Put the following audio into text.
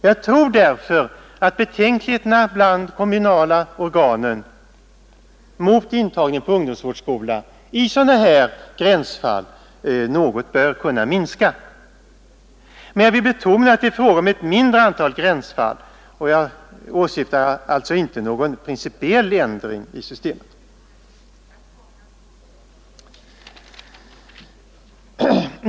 Jag tror därför att betänkligheterna hos de kommunala organen mot intagning på ungdomsvårdsskola i sådana här gränsfall bör kunna minska något. Men jag vill betona att det är fråga om ett mindre antal gränsfall, och jag åsyftar alltså inte någon principiell ändring i systemet.